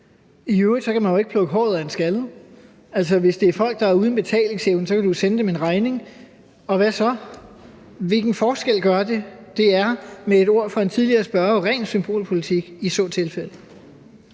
I øvrigt kan man jo ikke plukke håret af en skaldet. Altså, hvis det er folk, der er uden betalingsevne, kan vi jo sende dem en regning, og hvad så? Hvilken forskel gør det? Det er med ordene fra en tidligere spørger ren symbolpolitik i så tilfælde.